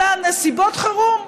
אלא נסיבות חירום.